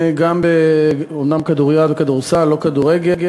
אומנם כדוריד וכדורסל ולא כדורגל,